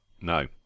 no